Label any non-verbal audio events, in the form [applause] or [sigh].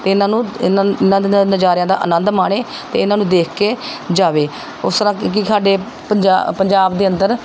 ਅਤੇ ਇਹਨਾਂ ਨੂੰ [unintelligible] ਨਜ਼ਾਰਿਆਂ ਦਾ ਆਨੰਦ ਮਾਣੇ ਅਤੇ ਇਹਨਾਂ ਨੂੰ ਦੇਖ ਕੇ ਜਾਵੇ ਉਸ ਤਰ੍ਹਾਂ ਕਿਉਂਕਿ ਸਾਡੇ ਪੰਜਾ ਪੰਜਾਬ ਦੇ ਅੰਦਰ